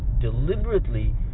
deliberately